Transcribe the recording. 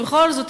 ובכל זאת,